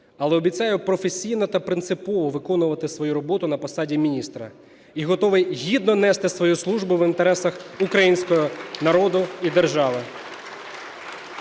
але обіцяю професійно та принципово виконувати свою роботу на посаді міністра і готовий гідно нести свою службу в інтересах українського народу і держави.